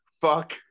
fuck